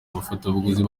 abafatabuguzi